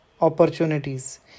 opportunities